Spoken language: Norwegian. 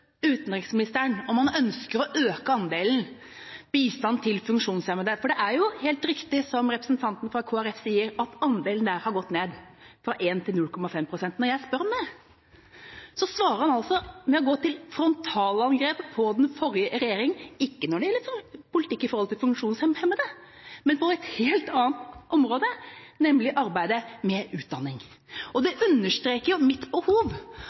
andelen har gått ned fra 1 pst. til 0,5 pst. – svarer han med å gå til frontalangrep på den forrige regjeringa, ikke når det gjelder politikk i forhold til funksjonshemmede, men på et helt annet område, nemlig arbeidet med utdanning. Det understreker mitt